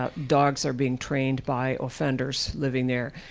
ah dogs are being trained by offenders living there.